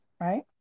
right